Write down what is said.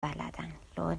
بلدن، لو